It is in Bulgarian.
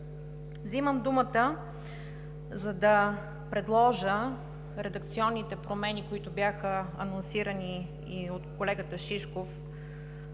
Вземам думата, за да предложа редакционните промени, които бяха анонсирани и от колегата Шишков,